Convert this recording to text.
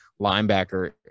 linebacker